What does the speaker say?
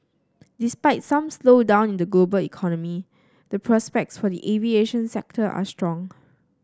despite some slowdown in the global economy the prospects for the aviation sector are strong